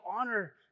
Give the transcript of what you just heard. honor